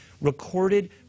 recorded